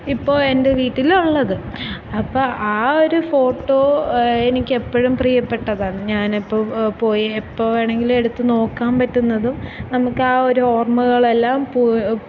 ഇപ്പോൾ എൻ്റെ വീട്ടിലുള്ളത് അപ്പം ആ ഒരു ഫോട്ടോ എനിക്ക് എപ്പോഴും പ്രിയപ്പെട്ടതാണ് ഞാനെപ്പോഴും പോയി എപ്പോൾ വേണമെങ്കിലും എടുത്തു നോക്കാൻ പറ്റുന്നതും നമുക്കാ ഒരു ഓർമ്മകളെല്ലാം പോ